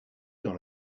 dans